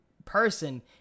Person